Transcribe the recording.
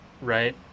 Right